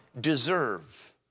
deserve